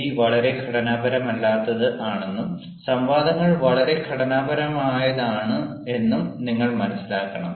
GD വളരെ ഘടനാപരമല്ലാത്തത് ആണെന്നും സംവാദങ്ങൾ വളരെ ഘടനാപരമായതാണ് എന്നും നിങ്ങൾ മനസ്സിലാക്കണം